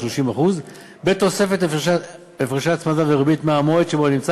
30% בתוספת הפרשי הצמדה וריבית מהמועד שבו נמצא